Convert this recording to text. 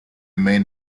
main